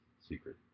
secret